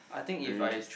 very interesting